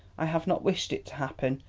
i have not wished it to happen.